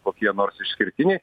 kokie nors išskirtiniai